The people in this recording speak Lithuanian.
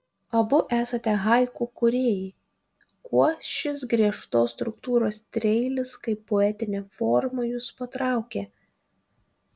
abu esate haiku kūrėjai kuo šis griežtos struktūros trieilis kaip poetinė forma jus patraukė